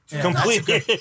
completely